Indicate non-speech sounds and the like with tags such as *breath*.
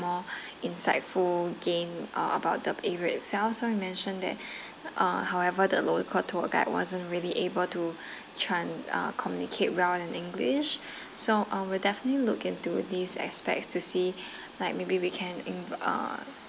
more *breath* insightful gain uh about the area itself so you mentioned that *breath* uh however the local tour guide wasn't really able to *breath* trans~ uh communicate well in english *breath* so uh we'll definitely look into these aspects to see *breath* like maybe we can im~ uh